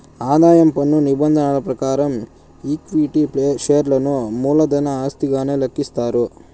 ఆదాయం పన్ను నిబంధనల ప్రకారం ఈక్విటీ షేర్లను మూలధన ఆస్తిగానే లెక్కిస్తారు